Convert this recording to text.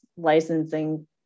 Licensing